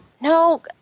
No